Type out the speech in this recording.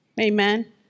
Amen